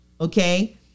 Okay